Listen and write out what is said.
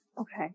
Okay